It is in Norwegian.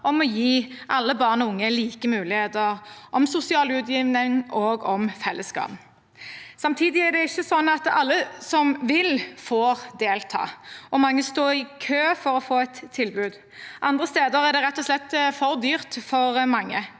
om å gi alle barn og unge like muligheter, om sosial utjevning og om fellesskap. Samtidig er det ikke sånn at alle som vil, får delta, og mange står i kø for å få et tilbud. Noen steder er det rett og slett for dyrt for mange.